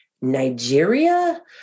Nigeria